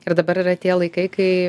ir dabar yra tie laikai kai